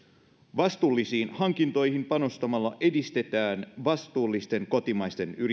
vastuullisiin hankintoihin panostamalla edistetään vastuullisten kotimaisten